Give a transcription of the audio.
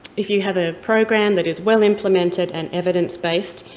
if you have a program that is well-implemented and evidence-based,